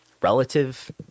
relative